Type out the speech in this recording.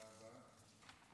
תודה רבה.